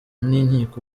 n’inkiko